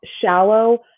shallow